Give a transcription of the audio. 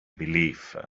belief